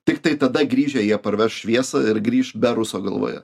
tiktai tada grįžę jie parveš šviesą ir grįš be ruso galvoje